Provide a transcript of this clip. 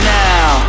now